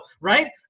right